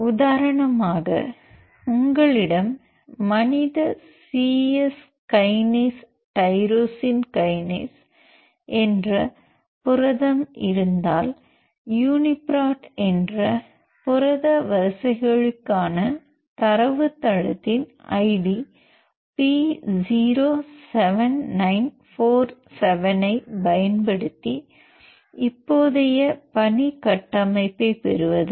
உதாரணமாக உங்களிடம் மனித C S kinase tyrosine kinase என்ற புரதம் இருந்தால் யூனிபிரோட் என்ற புரத வரிசைகளுக்கான தரவுத்தளத்தின் ஐடி P07947யை பயன் படுத்தி இப்போதைய பணி கட்டமைப்பைப் பெறுவது